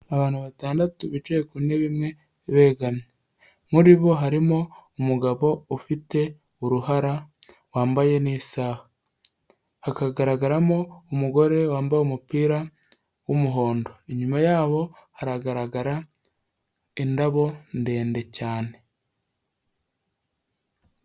Abantu batandatu bicaye ku ntebe imwe begamye. Muri bo harimo umugabo ufite uruhara wambaye n'isaha, hakagaragaramo umugore wambaye umupira w'umuhondo, inyuma yabo haragaragara indabo ndende cyane.